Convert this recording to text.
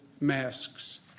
masks